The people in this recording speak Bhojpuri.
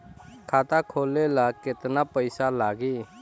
खाता खोले ला केतना पइसा लागी?